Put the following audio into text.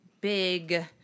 big